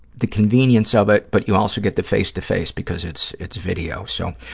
the convenience of it, but you also get the face to face because it's it's video. so,